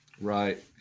right